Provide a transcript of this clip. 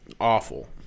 awful